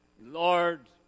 Lord